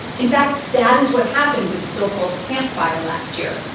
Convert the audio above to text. in fact, that is what happened with the so-called camp fire last year.